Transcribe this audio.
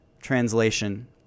translation